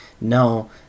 no